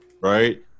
Right